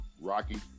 Rocky